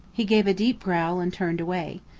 he gave a deep growl and turned away.